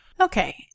Okay